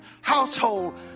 household